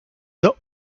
the